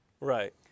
Right